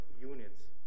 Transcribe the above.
units